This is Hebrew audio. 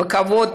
בכבוד